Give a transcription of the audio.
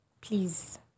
please